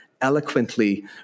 eloquently